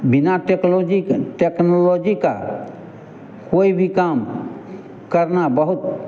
बिना टेक्लॉजी के टेक्नोलॉजी के कोई भी काम करना बहुत